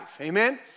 amen